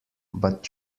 but